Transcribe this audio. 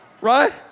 Right